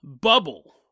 bubble